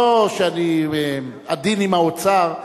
לא שאני עדין עם האוצר,